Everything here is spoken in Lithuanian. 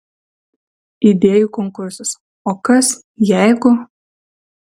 idėjų konkursas o kas jeigu